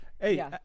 Hey